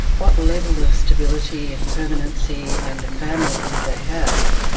what level of stability and permanency and a family did they have,